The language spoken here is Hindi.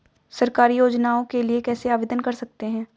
सरकारी योजनाओं के लिए कैसे आवेदन कर सकते हैं?